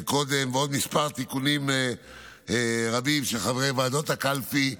ועוד תיקונים רבים לגבי חברי ועדות הקלפי,